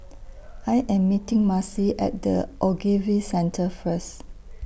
I Am meeting Marcy At The Ogilvy Centre First